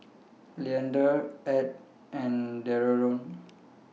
Leander Edd and Dereon